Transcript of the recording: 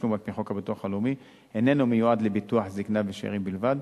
תשלום על-פי חוק הביטוח הלאומי איננו מיועד לביטוח זיקנה ושאירים בלבד,